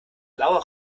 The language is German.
blauer